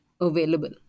available